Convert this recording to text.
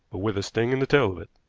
but with a sting in the tail of it.